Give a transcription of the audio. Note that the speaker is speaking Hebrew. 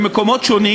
במקומות שונים,